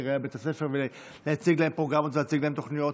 יראה בית הספר ולהציג להם פרוגרמות ולהציג להם תוכניות.